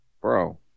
Bro